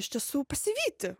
iš tiesų pasivyti